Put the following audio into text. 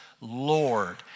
Lord